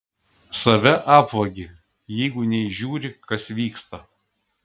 save apvagi jeigu neįžiūri kas vyksta